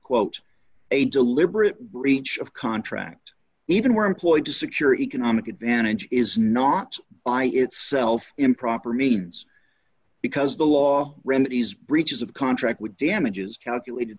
quote a deliberate breach of contract even where employed to secure economic advantage is not by itself improper means because the law remedies breaches of contract with damages calculated